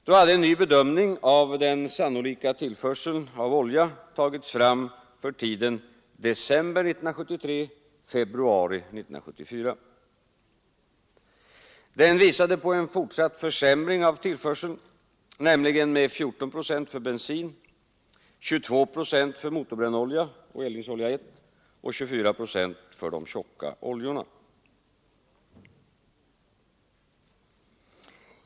Då hade en ny bedömning av den sannolika tillförseln av olja tagits fram för tiden december 1973—februari 1974. Den visade på en fortsatt försämring av tillförseln, nämligen med 14 procent för bensin, 22 procent för motorbrännolja och eldningsolja 1 och 24 procent för de tjocka oljorna.